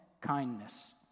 Kindness